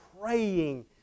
praying